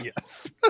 yes